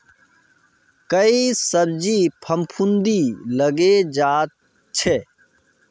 कई सब्जित फफूंदी लगे जा छे